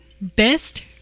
Best